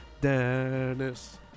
Dennis